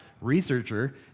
Researcher